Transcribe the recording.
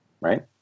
right